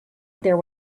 there